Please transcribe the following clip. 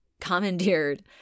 commandeered